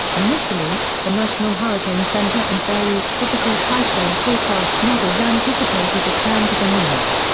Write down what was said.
initially, the national hurricane center and various tropical cyclone forecast models anticipated a turn to the north,